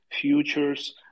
futures